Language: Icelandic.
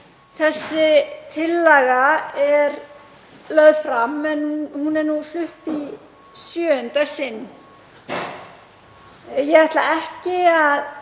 þessi tillaga er lögð fram en hún er nú flutt í sjöunda sinn. Ég ætla ekki að